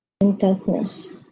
intentness